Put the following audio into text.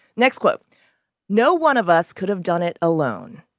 next quote no one of us could have done it alone.